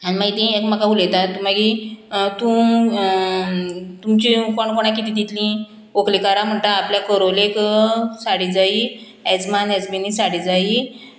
आनी मागीर तीं एकामेका उलयता मागीर तूं तुमची कोण कोणाक कितें दितलीं व्हंकलेकारां म्हणटा आपल्या करोलेक साडी जायी एजमान एजमिनी साडी जायी